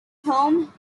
home